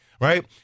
right